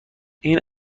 این